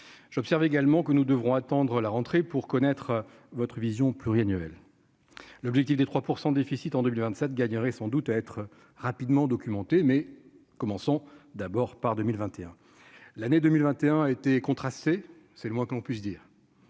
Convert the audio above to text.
j'observe également que nous devrons attendre la rentrée pour connaître votre vision pluriannuelle, l'objectif des 3 % déficit en 2027 gagnerait sans doute être rapidement documenter, mais commençons d'abord par 2021 l'année 2021 a été con, c'est le moins qu'on puisse dire,